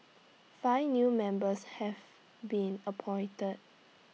five new members have been appointed